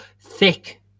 thick